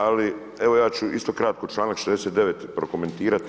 Ali evo ja ću isto kratko, članak 69. prokomentirati.